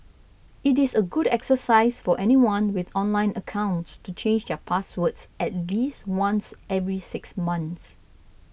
it is a good exercise for anyone with online accounts to change their passwords at least once every six months